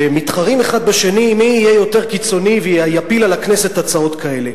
שמתחרים אחד בשני מי יהיה יותר קיצוני ויפיל על הכנסת הצעות כאלה.